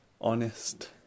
honest